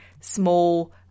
small